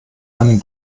einen